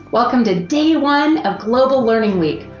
welcome to day one of global learning week.